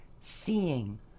seeing